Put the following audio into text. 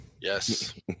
yes